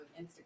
Instagram